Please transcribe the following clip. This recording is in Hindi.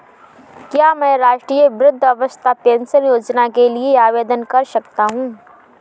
क्या मैं राष्ट्रीय वृद्धावस्था पेंशन योजना के लिए आवेदन कर सकता हूँ?